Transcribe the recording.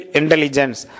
intelligence